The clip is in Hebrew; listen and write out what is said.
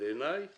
בעיניי